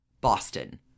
Boston